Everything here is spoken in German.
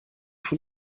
von